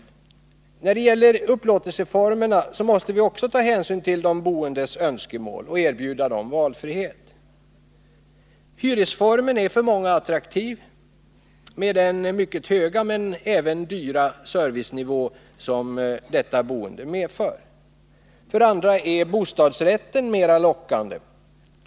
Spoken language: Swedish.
När det gäller upplåtelseformerna måste vi också ta hänsyn till de boendes önskemål och erbjuda valfrihet. Hyresformen är för många attraktiv med den mycket höga, men även dyra, servicenivå som detta boende medför. För andra är bostadsrätten mera lockande.